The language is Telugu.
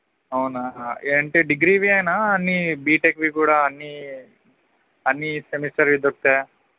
అవునా ఏంటి డిగ్రీవేనా అన్ని బీటెక్వి కూడా అన్ని అన్ని సెమిస్టర్వి దొరుకుతాయా